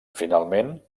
finalment